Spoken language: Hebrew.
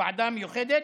הוועדה המיוחדת,